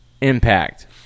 impact